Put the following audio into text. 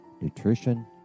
nutrition